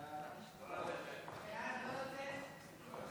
חוק הרשות השנייה